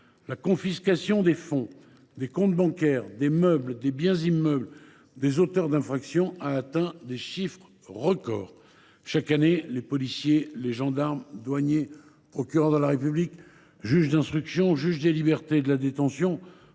La confiscation des fonds, des comptes bancaires, des meubles et des biens immeubles des auteurs d’infractions a atteint des chiffres records. Chaque année, les policiers, les gendarmes, les douaniers, les procureurs de la République, les juges d’instruction et les juges des libertés et de la détention